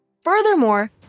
Furthermore